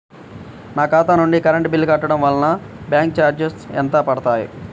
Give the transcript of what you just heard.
నా ఖాతా నుండి కరెంట్ బిల్ కట్టడం వలన బ్యాంకు చార్జెస్ ఎంత పడతాయా?